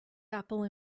apple